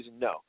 No